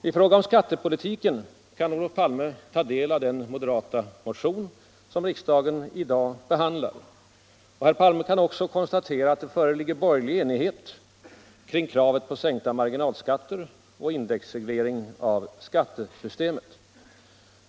När det gäller skattepolitiken kan Olof Palme ta del av den moderata motion som riksdagen i dag behandlar. Och herr Palme kan också konstatera att det föreligger borgerlig enighet kring kravet på sänkta marginalskatter och indexreglering av skattesystemet.